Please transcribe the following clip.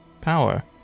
power